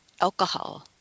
alcohol